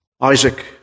Isaac